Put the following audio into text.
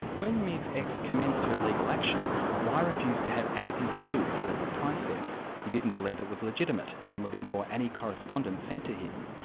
when ms x commenced her legal action, y refused to have anything to do with the legal process. he didn't believe it was legitimate and would ignore any correspondence sent to him.